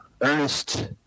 Ernest